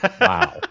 wow